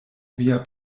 via